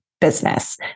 business